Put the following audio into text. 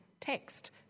text